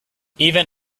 even